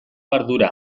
ardura